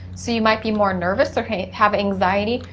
so you might be more nervous or have anxiety,